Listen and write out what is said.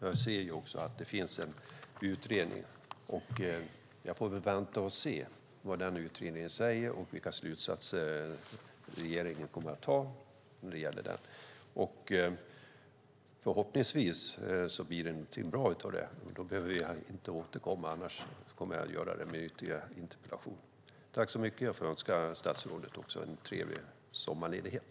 Jag ser också att det finns en utredning, och jag får väl vänta och se vad den säger och vilka slutsatser regeringen kommer att dra när det gäller den. Förhoppningsvis blir det någonting bra av det, och då behöver jag inte återkomma. Annars kommer jag att göra det med ytterligare interpellationer. Jag önskar statsrådet en trevlig sommarledighet.